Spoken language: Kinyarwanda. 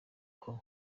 uko